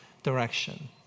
direction